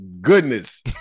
goodness